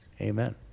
Amen